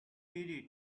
did